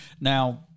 Now